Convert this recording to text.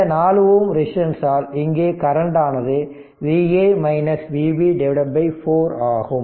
இந்த 4 Ω ரெசிஸ்டன்ஸ் ஆல் இங்கே கரண்ட் ஆனது Va Vb 4 ஆகும்